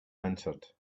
answered